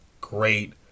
Great